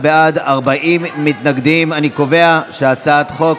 תצביעו בעד החוק הזה.